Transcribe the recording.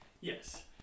Yes